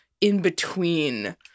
in-between